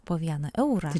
po vieną eurą